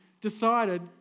decided